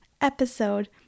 episode